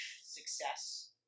success